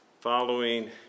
Following